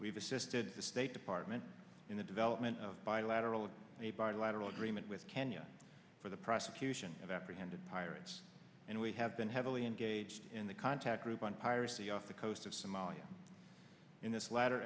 we've assisted the state department in the development of bilateral a bilateral agreement with kenya for the prosecution of apprehended pirates and we have been heavily engaged in the contact group on piracy off the coast of somalia in this latter